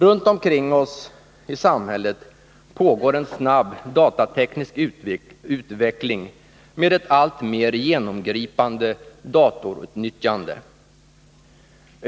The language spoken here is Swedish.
Runt omkring oss i samhället pågår en snabb datateknisk utveckling med ett alltmer genomgripande datorutnyttjande.